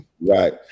Right